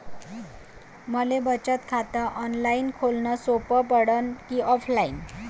मले बचत खात ऑनलाईन खोलन सोपं पडन की ऑफलाईन?